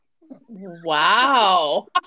Wow